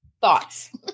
Thoughts